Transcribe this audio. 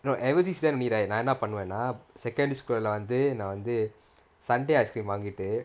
you know ever since primary right நான் என்ன பண்ணுவேன்னா:naan enna pannuvaennaa secondary school வந்து நான் வந்து:vanthu naan vanthu sunday ice cream வாங்கிட்டு:vangittu